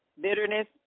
bitterness